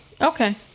Okay